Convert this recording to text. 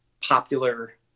popular